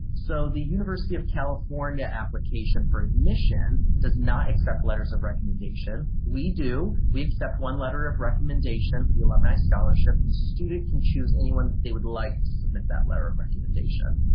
so the university of california application for admission does not accept letters of recommendation. we do, we accept one letter of recommendation for the alumni scholarship. and the student can choose any one they would like to submit that letter of recommendation.